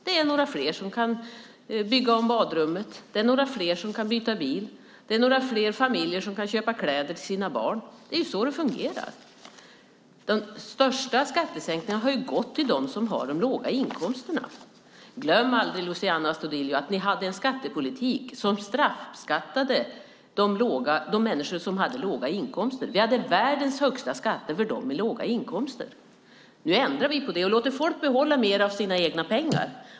Det är några fler som kan bygga om badrummet. Det är några fler som kan byta bil. Det är några fler familjer som kan köpa kläder till sina barn. Det är ju så det fungerar. De största skattesänkningarna har gått till dem som har de låga inkomsterna. Glöm inte, Luciano Astudillo, att ni hade en skattepolitik som straffbeskattade de människor som hade låga inkomster. Vi hade världens högsta skatter för dem med låga inkomster. Nu ändrar vi på det och låter folk behålla mer av sina egna pengar.